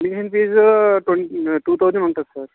main fees twenty two thousand ఉంటుంది sir